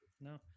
no